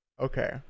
Okay